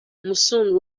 monsoon